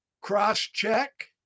cross-check